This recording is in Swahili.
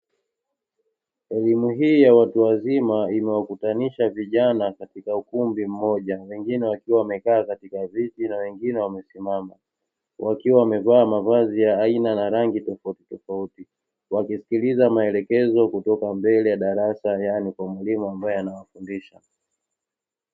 Elimu hii ya watu wazima imewakutanisha vijana katika ukumbi mmoja wengine wakiwa wamekaa katika viti na wengine wakiwa wamesimama, wakiwa wamevaa mavazi ya rangi na aina tofautitofauti wakisikiliza maelekezo kutoka mbele ya darasa yaani kwa mwaliimu ambaye anawafundisha.